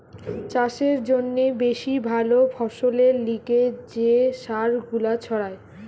চাষের জন্যে বেশি ভালো ফসলের লিগে যে সার গুলা ছড়ায়